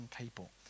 people